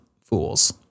fools